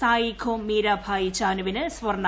സായിഖോം മീരാഭായി ചാനുവിന് സ്വർണ്ണം